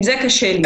עם זה קשה לי.